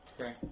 Okay